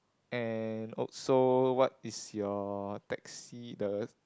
and also what is your taxi the